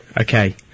okay